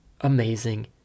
amazing